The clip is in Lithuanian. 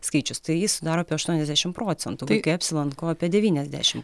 skaičius tai jis sudaro apie aštuoniasdešim procentų vaikai apsilanko apie devyniasdešim